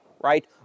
right